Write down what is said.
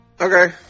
Okay